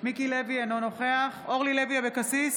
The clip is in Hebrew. מיקי לוי, אינו נוכח אורלי לוי אבקסיס,